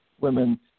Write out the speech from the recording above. women